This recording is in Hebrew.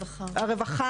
הרווחה.